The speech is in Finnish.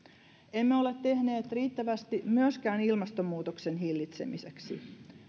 emme ole tehneet riittävästi myöskään ilmastonmuutoksen hillitsemiseksi